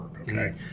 Okay